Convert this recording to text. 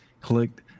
clicked